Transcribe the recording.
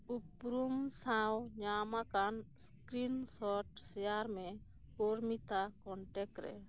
ᱩᱯᱨᱩᱢ ᱥᱟᱶ ᱧᱟᱢᱟᱠᱟᱱ ᱥᱠᱨᱤᱱᱥᱚᱨᱴ ᱥᱮᱭᱟᱨ ᱢᱮ ᱯᱳᱨᱢᱤᱛᱟ ᱠᱚᱱᱴᱮᱠ ᱨᱮ